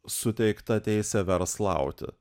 suteikta teisė verslauti